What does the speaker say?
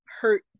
hurt